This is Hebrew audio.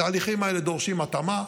התהליכים האלה דורשים התאמה,